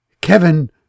Kevin